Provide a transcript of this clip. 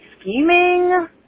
scheming